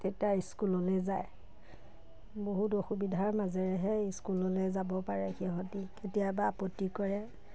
তেতিয়া স্কুললৈ যায় বহুত অসুবিধাৰ মাজেৰেহে স্কুললৈ যাব পাৰে সিহঁতি কেতিয়াবা পতি কৰে